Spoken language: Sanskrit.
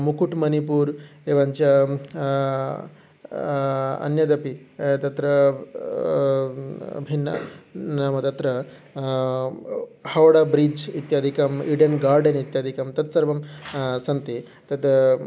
मुकुट्मनिपूर् एवञ्च अन्यदपि तत्र भिन्नं नाम तत्र हौडा ब्रिज् इत्यादिकम् इडन् गार्डन् इत्यादिकं तानि सर्वाणि सन्ति तत्